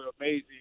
amazing